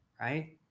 right